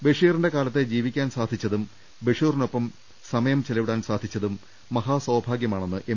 ബഷീറിന്റെ കാലത്ത് ജീവിക്കാൻ സാധി ച്ചതും ബഷീറിനൊപ്പം ചെലവിടാൻ സാധിച്ചതും മഹാസൌഭാഗൃമാണെന്ന് എം